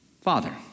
Father